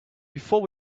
before